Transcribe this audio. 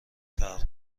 فرق